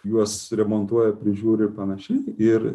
juos remontuoja prižiūri ir panašiai ir